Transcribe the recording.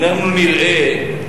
אנחנו נראה.